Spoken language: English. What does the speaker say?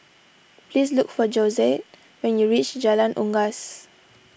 please look for Josette when you reach Jalan Unggas